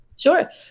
Sure